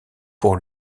pour